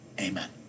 Amen